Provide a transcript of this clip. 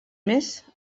més